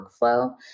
workflow